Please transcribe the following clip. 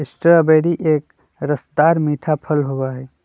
strawberry एक रसदार मीठा फल होबा हई